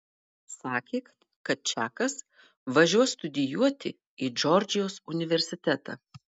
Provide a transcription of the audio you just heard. sakė kad čakas važiuos studijuoti į džordžijos universitetą